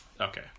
Okay